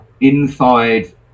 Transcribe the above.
inside